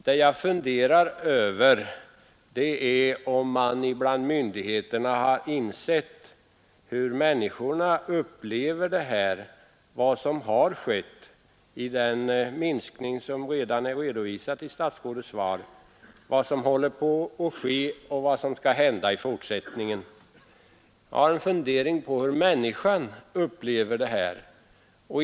Det jag funderar över är om man bland myndigheterna har insett hur människorna upplever vad som har skett genom den minskning av antalet postanstalter som redan är redovisad i statsrådets svar, vad som håller på att ske och vad som skall hända i fortsättningen. Jag har funderat över hur människorna upplever dessa förändringar.